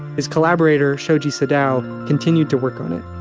his collaborator shoji sadao continued to work on it.